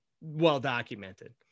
well-documented